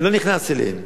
אני לא נכנס אליהם,